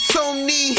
Sony